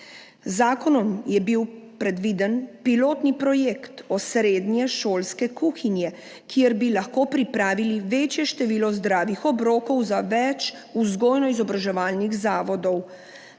zakonom je bil predviden pilotni projekt osrednje šolske kuhinje, kjer bi lahko pripravili večje število zdravih obrokov za več vzgojno-izobraževalnih zavodov.